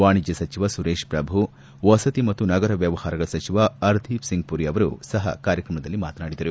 ವಾಣಿಜ್ಞ ಸಚಿವ ಸುರೇಶ್ ಪ್ರಭು ವಸತಿ ಮತ್ತು ನಗರ ವ್ಲವಹಾರಗಳ ಸಚಿವ ಹರ್ದೀಪ್ ಸಿಂಗ್ ಪುರಿ ಅವರು ಸಹ ಕಾರ್ಯಕ್ರಮದಲ್ಲಿ ಮಾತನಾಡಿದರು